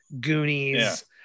Goonies